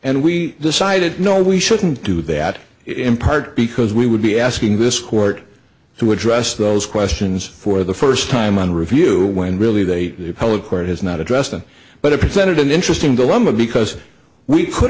and we decided no we shouldn't do that in part because we would be asking this court to address those questions for the first time on review when really they tell a court has not addressed them but it presented an interesting dilemma because we could